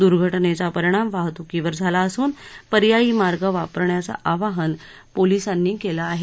दुर्घाजेचा परिणाम वाहतुकीवर झाला असून पर्यायी मार्ग वापरण्याचं आवाहन पोलिसांनी केलं आहे